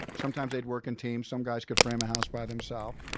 sometimes they'd work in teams some guys could frame a house by themselves.